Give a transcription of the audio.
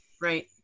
Right